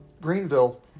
Greenville